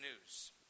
news